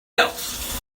else